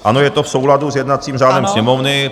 Ano, je to v souladu s jednacím řádem Sněmovny.